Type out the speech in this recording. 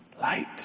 Light